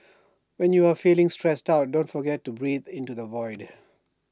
when you are feeling stressed out don't forget to breathe into the void